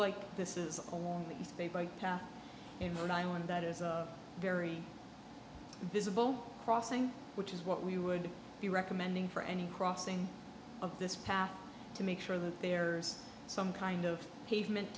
like this is almost the space bike path in rhode island that is a very visible crossing which is what we would be recommending for any crossing of this path to make sure that there's some kind of pavement